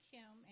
Kim